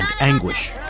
anguish